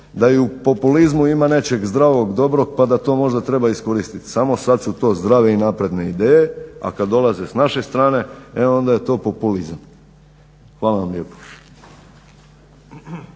je i u populizmu ima nečeg zdravog, dobrog pa da to možda treba iskoristiti. Samo sada su to zdrave i napredne ideje, a kada dolaze s naše strane e onda je to populizam. Hvala vam lijepo.